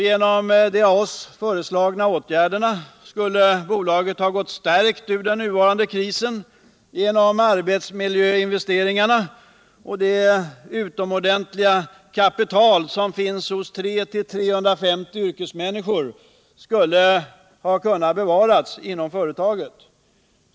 Genom de av oss föreslagna åtgärderna skulle bolaget ha gått stärkt ur den nuvarande krisen genom arbetsmiljöinvesteringarna, och det utomordentliga kapital som finns hos 300-350 yrkesmänniskor inom gruvhanteringen skulle ha kunnat bevaras inom företaget.